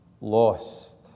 lost